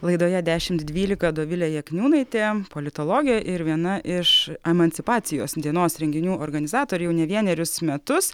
laidoje dešimt dvylika dovilė jakniūnaitė politologė ir viena iš emancipacijos dienos renginių organizatorių jau ne vienerius metus